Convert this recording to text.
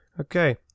Okay